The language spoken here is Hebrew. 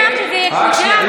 אני מתחייבת לך שזה יקודם,